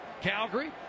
Calgary